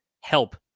help